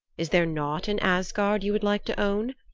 is there nought in asgard you would like to own?